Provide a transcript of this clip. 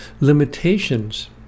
limitations